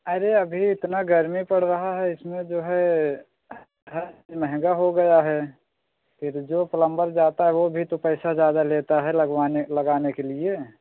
अरे अभी इतना गर्मी पड़ रही है इसमें जो है महँगा हो गया है फिर जो प्लम्बर जाता है वह भी तो पैसा ज़्यादा लेता है लगवाने लगाने के लिए